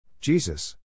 Jesus